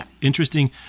interesting